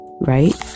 right